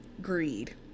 greed